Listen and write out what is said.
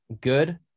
good